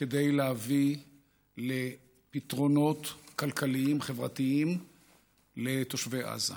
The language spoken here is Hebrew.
כדי להביא פתרונות כלכליים-חברתיים לתושבי עזה.